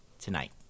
tonight